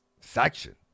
section